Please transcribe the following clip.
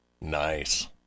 Nice